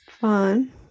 fun